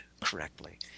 correctly